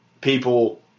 people